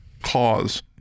cause